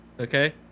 Okay